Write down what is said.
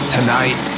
Tonight